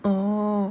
oo